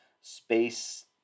space